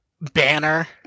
banner